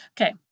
okay